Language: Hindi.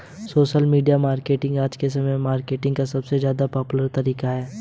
सोशल मीडिया मार्केटिंग आज के समय में मार्केटिंग का सबसे ज्यादा पॉवरफुल तरीका है